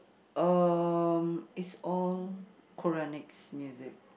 um is all quranic music